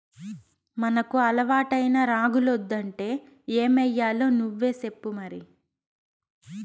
మనకు అలవాటైన రాగులొద్దంటే ఏమయ్యాలో నువ్వే సెప్పు మరి